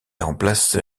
remplace